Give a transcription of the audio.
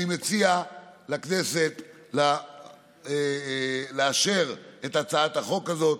אני מציע לכנסת לאשר את הצעת החוק הזאת.